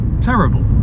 terrible